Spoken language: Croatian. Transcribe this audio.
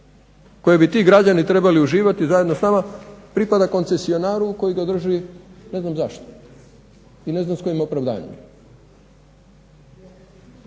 koje bi ti građani trebali uživati zajedno s nama pripada koncesionaru koji ga drži ne znam zašto i ne znam s kojim opravdanjem.